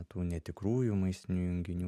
tų netikrųjų maistinių junginių